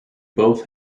both